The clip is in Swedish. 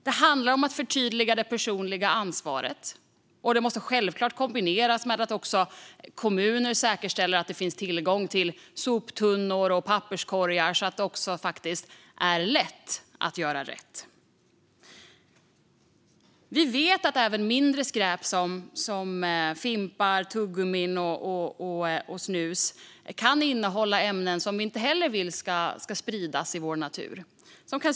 Det handlar om att förtydliga det personliga ansvaret, vilket självklart måste kombineras med att kommuner säkerställer tillgång till soptunnor och papperskorgar så att det är lätt att göra rätt. Vi vet även att mindre skräp som fimpar, tuggummin och snus kan innehålla farliga ämnen som vi inte heller vill ska spridas i vår natur.